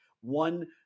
one